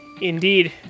indeed